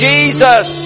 Jesus